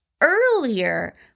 Earlier